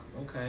okay